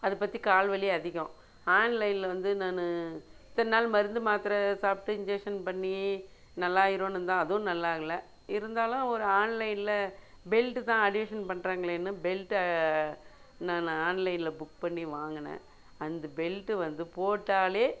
அதை பற்றி கால் வலி அதிகம் ஆன்லைனில் வந்து நான் இத்தனை நாள் மருந்து மாத்திரை சாப்பிட்டு இன்ஜெக்ஷன் பண்ணி நல்லாயிருணும்தான் அதுவும் நல்லா ஆகலை இருந்தாலும் ஒரு ஆன்லைனில் பெல்ட் தான் ஆடியேஷன் பண்ணுறாங்களேனு பெல்டை நான் ஆன்லைனில் புக் பண்ணி வாங்கினேன் அந்த பெல்ட்டு வந்து போட்டாலே